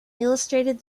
illustrated